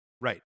right